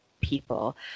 people